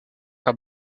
être